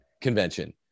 convention